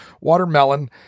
watermelon